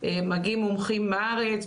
מגיעים מומחים מהארץ,